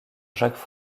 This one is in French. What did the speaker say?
jacques